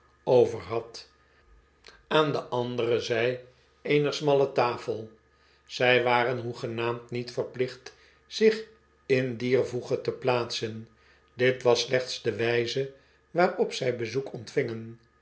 over had aan de andere zij een er smalle tafel zy waren hoegenaamd niet verplicht zich in dier voege te plaatsen dit was slechts de wijze waarop zij bezoek ontvingen